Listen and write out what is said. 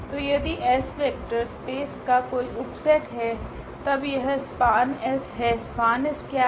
तो यदि Sवेक्टर स्पेस का कोई उप सेट है तब यह SPAN हैSPAN क्या हैं